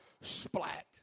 splat